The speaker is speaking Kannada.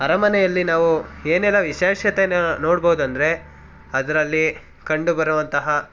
ಅರಮನೆಯಲ್ಲಿ ನಾವು ಏನೆಲ್ಲ ವಿಶೇಷತೆನ ನೋಡ್ಬೋದೆಂದರೆ ಅದರಲ್ಲಿ ಕಂಡುಬರುವಂತಹ